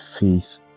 faith